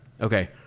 Okay